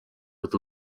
with